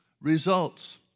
results